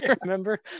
remember